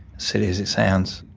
silly as it sounds.